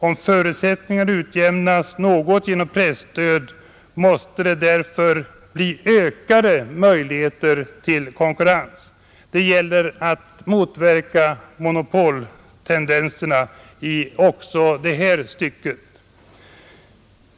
Om förutsättningarna utjämnas något genom presstöd, måste det därför bli ökade möjligheter till konkurrens, Det gäller att motverka monopoltendenserna i också det här stycket.